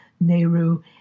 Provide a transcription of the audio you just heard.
Nehru